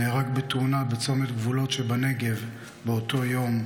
נהרג בתאונה בצומת גבולות שבנגב באותו יום,